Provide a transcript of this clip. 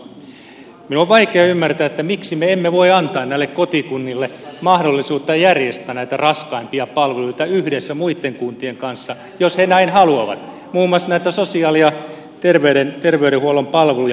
minun on vaikea ymmärtää miksi me emme voi antaa näille kotikunnille mahdollisuutta järjestää näitä raskaimpia palveluita yhdessä muitten kuntien kanssa jos ne näin haluavat muun muassa näitä sosiaali ja terveydenhuollon palveluja